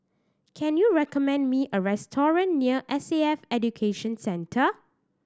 can you recommend me a restaurant near S A F Education Centre